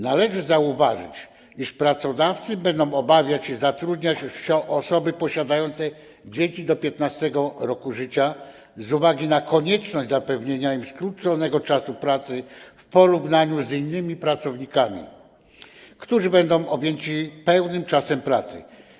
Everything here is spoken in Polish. Należy zauważyć, iż pracodawcy będą obawiać się zatrudniać osoby posiadające dzieci do 15. roku życia z uwagi na konieczność zapewnienia im skróconego czasu pracy w porównaniu z innymi pracownikami, którzy będą objęci pełnym czasem pracy.